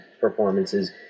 performances